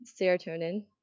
serotonin